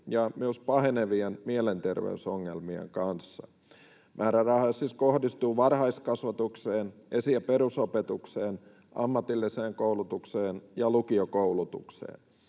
ja myös pahenevien mielenterveysongelmien kanssa. Määrärahoja siis kohdistuu varhaiskasvatukseen, esi- ja perusopetukseen, ammatilliseen koulutukseen ja lukiokoulutukseen.